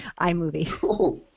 iMovie